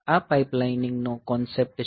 આ પાઇપલાઇનિંગ નો કોન્સેપ્ટ છે